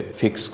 fix